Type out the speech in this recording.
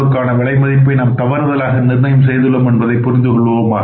பொருளுக்கான விலை மதிப்பை நாம் தவறுதலாக நிர்ணயம் செய்துள்ளோம் என்பதை புரிந்து கொள்வோமாக